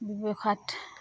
ব্যৱসায়ত